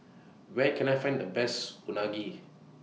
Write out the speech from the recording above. Where Can I Find The Best Unagi